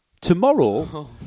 Tomorrow